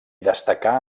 destacà